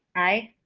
aye.